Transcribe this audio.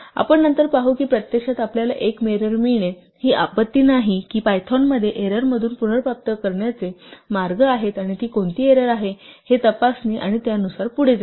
आपण नंतर पाहू की प्रत्यक्षात आपल्याला एक एरर मिळणे ही आपत्ती नाही की पायथॉन मध्ये एररमधून पुनर्प्राप्त करण्याचे मार्ग आहेत किंवा ती कोणती एरर आहे हे तपासणे आणि त्यानुसार पुढे जाणे